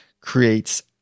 creates